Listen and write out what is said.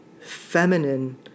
feminine